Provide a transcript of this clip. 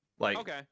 Okay